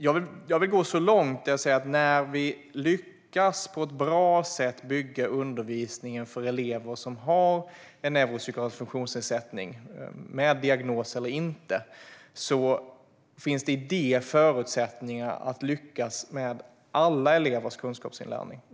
Jag vill gå så långt som att säga att när vi på ett bra sätt lyckas bygga undervisningen för elever som har en neuropsykiatrisk funktionsnedsättning, med eller utan diagnos, finns det i det förutsättningar att lyckas med alla elevers kunskapsinlärning.